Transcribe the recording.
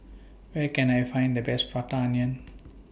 Where Can I Find The Best Prata Onion